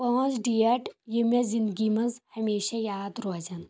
پٲنٛژ ڈیٚٹ یِم مےٚ زنٛدٕگی منٛز ہمیشہِ یاد روزن